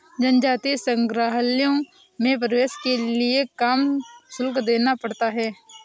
जनजातीय संग्रहालयों में प्रवेश के लिए काम शुल्क देना पड़ता है